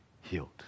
healed